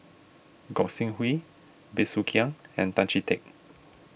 Gog Sing Hooi Bey Soo Khiang and Tan Chee Teck